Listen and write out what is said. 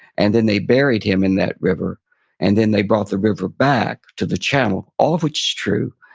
and then they buried him in that river and then they brought the river back to the channel, all of which is true,